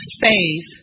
faith